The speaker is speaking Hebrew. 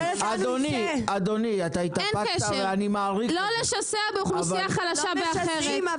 אין קשר לדיור הציבורי.